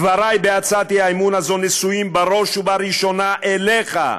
דברי בהצעת האי-אמון הזאת נשואים בראש ובראשונה אליך,